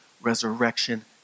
resurrection